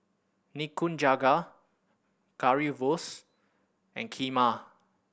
Nikujaga Currywurst and Kheema